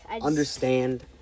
understand